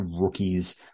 rookies